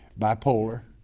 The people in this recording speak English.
bipolar,